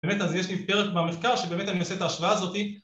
באמת אז יש לי פרק במחקר שבאמת אני עושה את ההשוואה הזאת